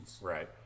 Right